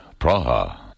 Praha